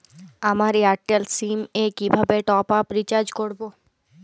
আমার Airtel SIM এ কিভাবে টপ আপ রিচার্জ করবো?